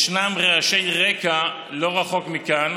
יש רעשי רקע לא רחוק מכאן,